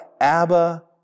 Abba